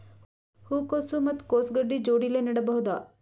ಹೂ ಕೊಸು ಮತ್ ಕೊಸ ಗಡ್ಡಿ ಜೋಡಿಲ್ಲೆ ನೇಡಬಹ್ದ?